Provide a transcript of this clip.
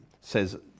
says